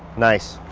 nice.